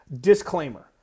disclaimer